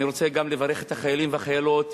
אני רוצה גם לברך את החיילים והחיילות,